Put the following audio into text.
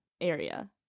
area